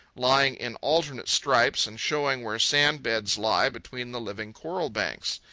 lying in alternate stripes and showing where sandbeds lie between the living coral banks.